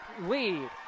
lead